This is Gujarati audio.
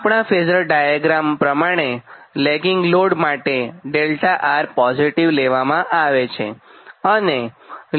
આપણા ફેઝર ડાયાગ્રામ પ્રમાણે લેગિંગ લોડ માટે 𝛿𝑅 પોઝિટીવ લેવામાં આવે છે